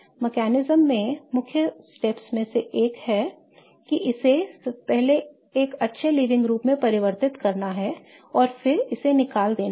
तंत्र में मुख्य चरणों में से एक है कि इसे पहले एक अच्छे लीविंग ग्रुप में परिवर्तित करना है और फिर इसे छोड़ देना है